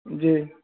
जी